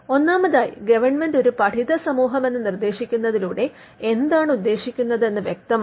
ഒന്നാമതായി ഗവണ്മെന്റ് ഒരു പഠിത സമൂഹം എന്ന് നിർദ്ദേശിക്കുന്നതിലൂടെ എന്താണ് ഉദ്ദേശിക്കുന്നത് എന്ന് വ്യക്തമല്ല